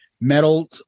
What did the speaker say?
Metal